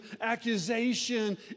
accusation